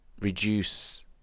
reduce